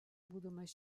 būdamas